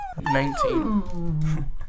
Nineteen